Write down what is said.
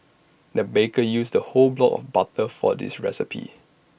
the baker used A whole block of butter for this recipe